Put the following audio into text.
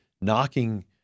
knocking